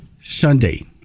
Sunday